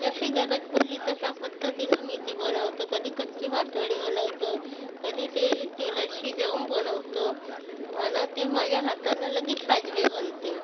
जशी गरज पडली तशा पद्धतीनं मी ते बनवतो कधी कच्ची पाटवडी बनवतो कधी ते तेलात शिजवून बनवतो आणि ते माझ्या हातानं लगेच साजरी बनते